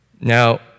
Now